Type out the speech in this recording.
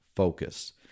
Focus